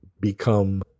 become